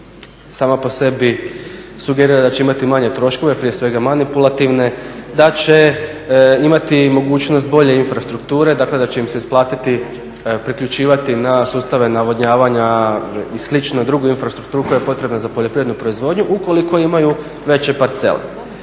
sama po sebi sugerira da će imati manje troškove, prije svega manipulativne, da će imati mogućnost bolje infrastrukture. Dakle, da će im se isplatiti priključivati na sustave navodnjavanja i slično i drugu infrastrukturu koja je potrebna za poljoprivrednu proizvodnju ukoliko imaju veće parcele.